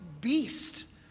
beast